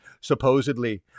supposedly